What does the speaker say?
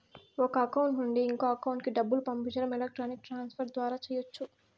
ఒక అకౌంట్ నుండి ఇంకో అకౌంట్ కి డబ్బులు పంపించడం ఎలక్ట్రానిక్ ట్రాన్స్ ఫర్ ద్వారా చెయ్యచ్చు